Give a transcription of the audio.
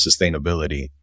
sustainability